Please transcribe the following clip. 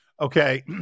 Okay